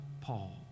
Paul